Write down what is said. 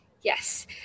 yes